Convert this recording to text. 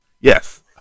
Yes